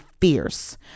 fierce